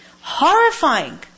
horrifying